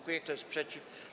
Kto jest przeciw?